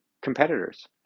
competitors